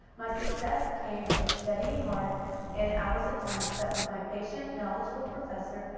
my success came from studying hard and hours of time spent with my patient, knowledgeable professor,